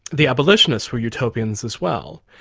the abolitionists were utopians as well.